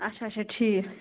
اَچھا اَچھا ٹھیٖک